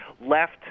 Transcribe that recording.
left